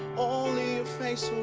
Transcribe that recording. only